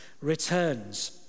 returns